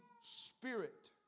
spirit